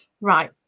Right